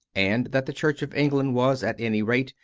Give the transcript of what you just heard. and that the church of england was, at any rate,